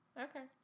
okay